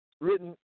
written